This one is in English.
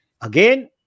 Again